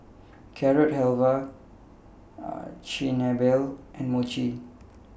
Carrot Halwa Chigenabe and Mochi